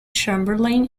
chamberlain